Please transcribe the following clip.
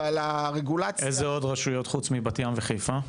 קרקע יש אבל הרגולציה --- איזה עוד רשויות חוץ מבת ים וחיפה?